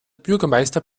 bürgermeister